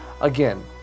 Again